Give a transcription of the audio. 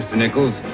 nichols.